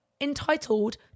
entitled